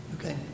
Okay